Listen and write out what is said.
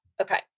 okay